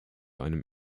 einem